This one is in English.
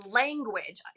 language